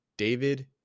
David